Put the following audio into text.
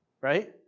right